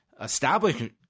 establishing